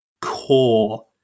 core